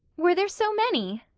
were there so many?